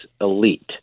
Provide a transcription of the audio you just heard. elite